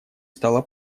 стало